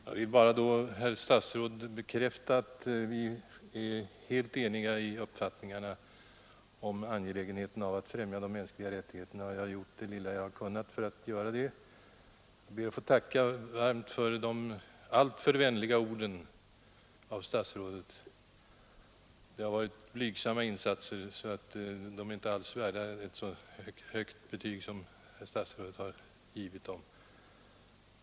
Fru talman! Jag vill för herr statsrådet bekräfta att vi är helt eniga i uppfattningen om angelägenheten av att främja de mänskliga rättigheterna. Jag har gjort det lilla jag kunnat för att göra det. Jag ber att varmt få tacka statsrådet för de alltför vänliga orden. Mina insatser har varit blygsamma och är alls ej värda ett så högt betyg som herr statsrådet gav dem.